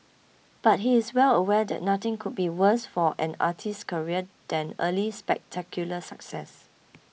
but he is well aware that nothing could be worse for an artist's career than early spectacular success